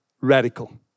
radical